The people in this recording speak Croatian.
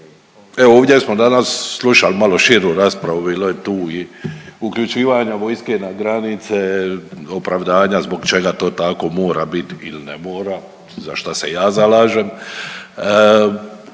evo ovdje smo danas slušali malo širu raspravu, bilo je tu i uključivanja vojske na granice, opravdanja zbog čega to tako mora bit il ne mora, za šta se ja zalažem,